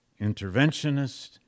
interventionist